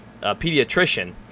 pediatrician